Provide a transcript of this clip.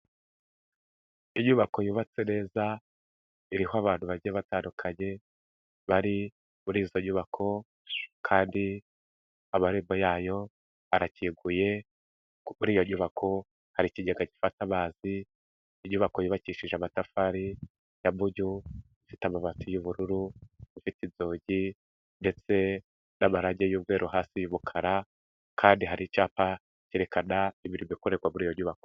Inyubako yubatse neza, iriho abantu bagiye batandukanye, bari muri izo nyubako kandi amarembo yayo arakinguye, kuri iyo nyubako hari ikigega gifata amazi, inyubako yubakishije amatafari ya mbunyu, ifite amabati y'ubururu, ifite inzugi ndetse n'amarange y'umweru hasi y'umukara kandi hari icyapa cyerekana imirimo ikorerwa muri iyo nyubako.